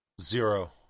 Zero